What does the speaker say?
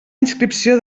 inscripció